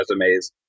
resumes